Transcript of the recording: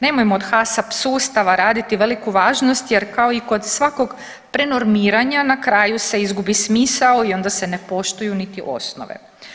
Nemojmo od HACCP sustava raditi veliku važnost jer kao i kod svakog prenormiranja na kraju se izgubi smisao i onda se ne poštuju niti osnove.